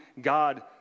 God